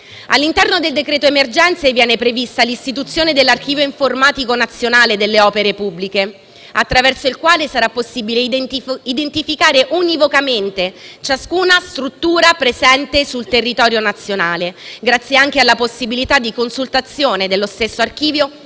All’interno del decreto emergenze viene prevista l’istituzione dell’archivio informatico nazionale delle opere pubbliche, attraverso il quale sarà possibile identificare univocamente ciascuna struttura presente sul territorio nazionale, grazie anche alla possibilità di consultazione dello stesso archivio,